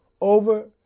over